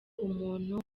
umuntu